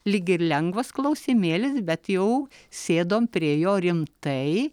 lyg ir lengvas klausimėlis bet jau sėdom prie jo rimtai